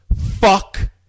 Fuck